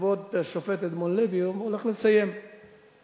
כבוד השופט אדמונד לוי, הולך לסיים את כהונתו.